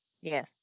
Yes